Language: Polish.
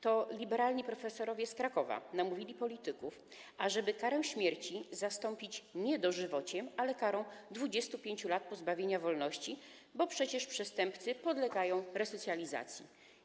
To liberalni profesorowie z Krakowa namówili polityków, ażeby karę śmierci zastąpić nie dożywociem, ale karą 25 lat pozbawienia wolności, bo przecież przestępcy podlegają resocjalizacji.